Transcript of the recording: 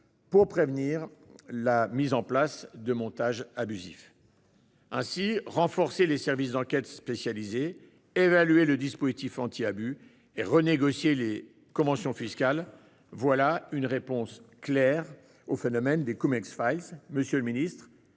pour prévenir la mise en place de montages abusifs. Renforcer les services d'enquêtes spécialisés, évaluer le dispositif anti-abus et renégocier les conventions fiscales : voilà ce que serait une réponse claire au phénomène des. Monsieur le ministre,